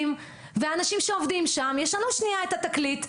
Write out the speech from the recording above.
שהמשרדים והאנשים שעובדים שם ישנו שנייה את התקליט.